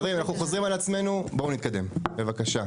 חברים, אנחנו חוזרים על עצמנו, בואו נתקדם, בבקשה.